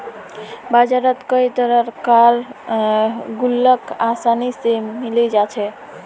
बजारत कई तरह कार गुल्लक आसानी से मिले जा छे